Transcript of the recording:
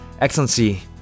Excellency